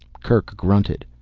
kerk grunted.